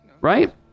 Right